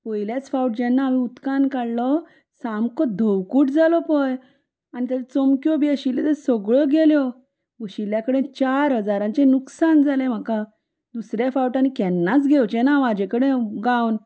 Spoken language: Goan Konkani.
पयल्याच फावट जेन्ना हांवें उदकान काडलो सामको धवकूट जालो पळय आनी त्यो चमक्यो बी आशिल्ल्यो त्यो सगळ्यो गेल्यो बशिल्ल्या कडेन चार हजारांचें नुकसाण जालें म्हाका दुसऱ्या फावट आनी केन्नाच घेवचें ना हाचे कडेन गावन